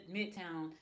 Midtown